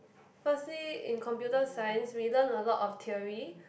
firstly in computer science we learn a lot of theory